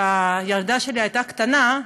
כשהילדה שלי הייתה קטנה,